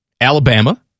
Alabama